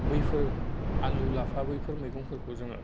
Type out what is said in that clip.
बैफोर आलु लाफा बैफोर मैगंफोरखौ जोङो